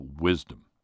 wisdom